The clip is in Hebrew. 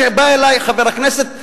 כאשר בא אלי חבר הכנסת,